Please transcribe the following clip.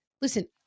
listen